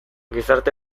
gizarte